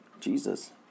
Jesus